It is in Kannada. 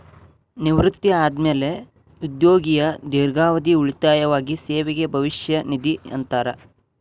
ನಿವೃತ್ತಿ ಆದ್ಮ್ಯಾಲೆ ಉದ್ಯೋಗಿಯ ದೇರ್ಘಾವಧಿ ಉಳಿತಾಯವಾಗಿ ಸೇವೆಗೆ ಭವಿಷ್ಯ ನಿಧಿ ಅಂತಾರ